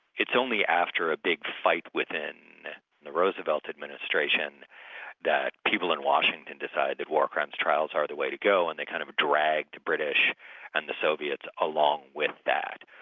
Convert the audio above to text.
it's only after a big fight within the roosevelt administration that people in washington decide that war crimes trials are the way to go, and they kind of dragged the british and the soviets along with that.